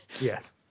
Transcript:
Yes